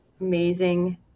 amazing